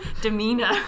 demeanor